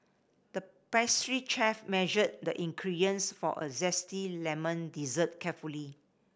the pastry chef measured the ingredients for a zesty lemon dessert carefully